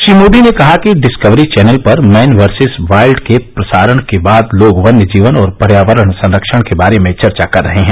श्री मोदी ने कहा कि डिस्कवरी चैनल पर मैन वर्सिस वाइल्ड के प्रसारण के बाद लोग वन्यजीवन और पर्यावरण संरक्षण के बारे में चर्चा कर रहे हैं